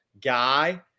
guy